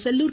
Sellur